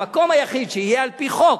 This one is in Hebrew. המקום היחיד שיהיה, על-פי חוק,